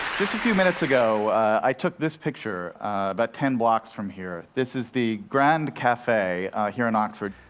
fifty-two minutes ago, i took this picture about ten blocks from here. this is the grand cafe here in oxford.